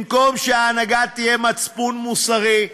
במקום שההנהגה תהיה מצפון מוסרי,